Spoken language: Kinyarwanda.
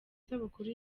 isabukuru